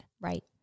Right